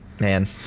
Man